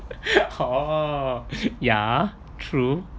oh ya true